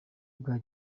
bwa